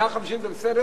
150 זה בסדר?